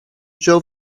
drove